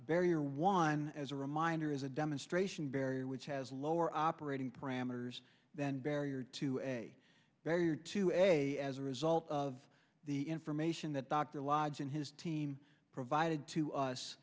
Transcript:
barrier one as a reminder as a demonstration barrier which has lower operating parameters than barrier to a barrier to a as a result of the information that dr lodge and his team provided to us